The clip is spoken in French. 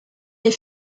les